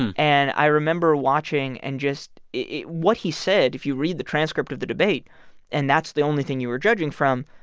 and and i remember watching and just it what he said if you read the transcript of the debate and that's the only thing you were judging from,